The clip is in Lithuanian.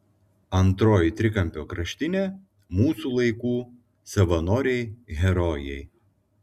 antroji trikampio kraštinė mūsų laikų savanoriai herojai